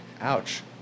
Ouch